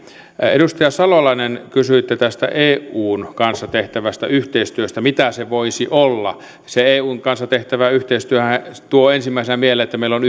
edustaja salolainen kysyitte tästä eun kanssa tehtävästä yhteistyöstä mitä se voisi olla se eun kanssa tehtävä yhteistyöhän tuo ensimmäisenä mieleen että meillä on